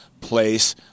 place